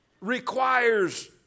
requires